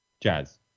Jazz